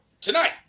tonight